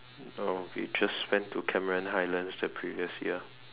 uh we just went to Cameron Highlands the previous year